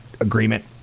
agreement